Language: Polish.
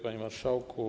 Panie Marszałku!